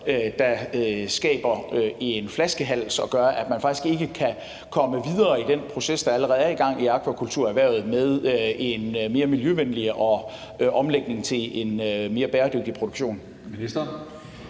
der skaber en flaskehals og gør, at man faktisk ikke kan komme videre i den proces, der allerede er i gang i akvakulturerhvervet, med noget mere miljøvenligt og omlægning til en mere bæredygtig produktion.